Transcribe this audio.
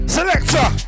Selector